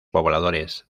pobladores